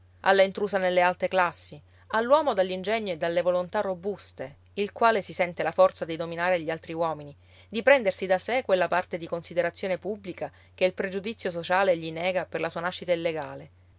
intrusa nelle alte classi all'uomo dall'ingegno e dalle volontà robuste il quale si sente la forza di dominare gli altri uomini di prendersi da sé quella parte di considerazione pubblica che il pregiudizio sociale gli nega per la sua nascita illegale